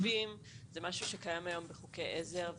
לתושבים זה משהו שקיים היום בחוקי עזר,